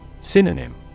Synonym